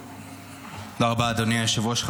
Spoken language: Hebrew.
היושב-ראש.